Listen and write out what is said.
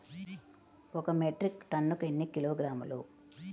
ఒక మెట్రిక్ టన్నుకు ఎన్ని కిలోగ్రాములు?